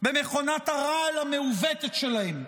במכונת הרעל המעוותת שלהם.